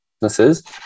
businesses